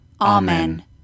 Amen